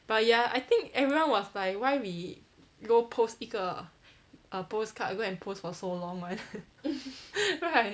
but ya I think everyone was like why we go post 一个 uh postcard go and post for so long [one] right